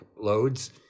loads